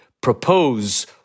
propose